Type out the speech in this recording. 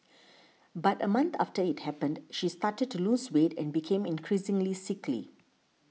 but a month after it happened she started to lose weight and became increasingly sickly